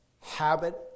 habit